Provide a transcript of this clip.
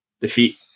defeat